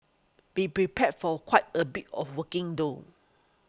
be prepared for quite a bit of walking though